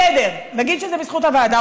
בסדר, נגיד שזה בזכות הוועדה.